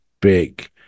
big